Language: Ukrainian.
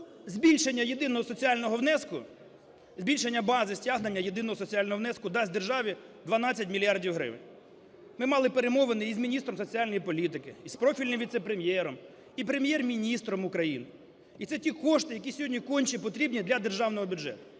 збільшення бази стягнення єдиного соціального внеску дасть державі 12 мільярдів гривень. Ми мали перемовини і з міністром соціальної політики, і з профільним віце-прем'єром, і Прем'єр-міністром України. І це ті кошти, які сьогодні конче потрібні для державного бюджету.